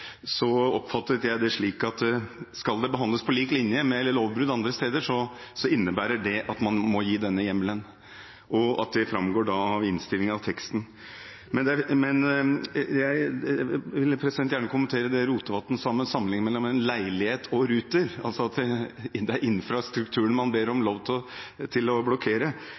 så innebærer det at man må gi denne hjemmelen, og at det framgår av teksten i innstillingen. Jeg vil gjerne kommentere det Rotevatn sa da han sammenlignet med en leilighet og Ruter, altså at det er infrastrukturen man ber om lov til å blokkere. Jeg er klar over at Rotevatn har god peiling på Internett, men den sammenligningen synes jeg ikke var god. Ruter er en stor infrastruktur. Når politiet har gått til